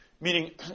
Meaning